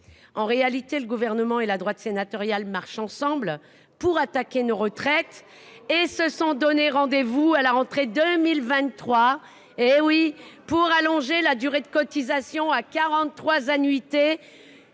en réalité le gouvernement et la droite sénatoriale marchent ensemble. Pour attaquer nos retraites et se sont donnés rendez-vous à la rentrée 2023 hé oui pour allonger la durée de cotisation à 43 annuités